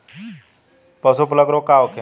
पशु प्लग रोग का होखे?